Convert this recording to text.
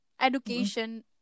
education